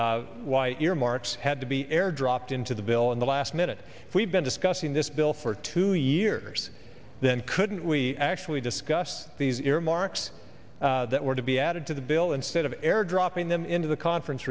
earmarks had to be airdropped into the bill in the last minute we've been discussing this bill for two years then couldn't we actually discuss these earmarks that were to be added to the bill instead of airdropping them into the conference